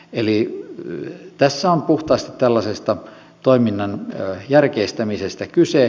eli tässä on puhtaasti tällaisesta toiminnan järkeistämisestä kyse